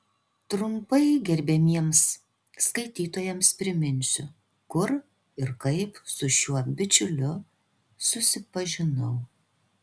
trumpai gerbiamiems skaitytojams priminsiu kur ir kaip su šiuo bičiuliu susipažinau